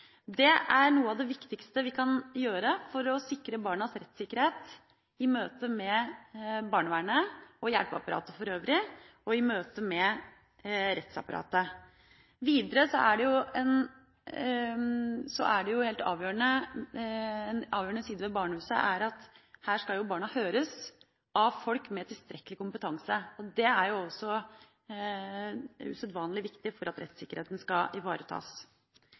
Det er noe av det viktigste vi kan gjøre for å sikre barnas rettssikkerhet i møte med barnevernet og hjelpeapparatet for øvrig og i møte med rettsapparatet. Videre er det en helt avgjørende side ved barnehusene at her skal barna høres av folk med tilstrekkelig kompetanse. Det er usedvanlig viktig for at rettssikkerheten skal ivaretas.